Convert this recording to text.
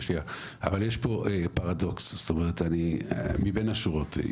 אבל יש פה פרדוקס מבין השורות.